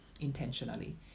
intentionally